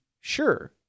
Sure